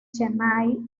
chennai